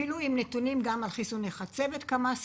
נבוא אפילו עם נתונים לגבי מספר חיסוני החצבת שעשינו.